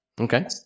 Okay